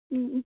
ꯎꯝ ꯎꯝ